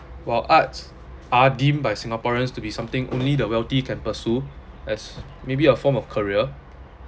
while arts are deemed by singaporeans to be something only the wealthy can pursue as maybe a form of career